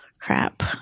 crap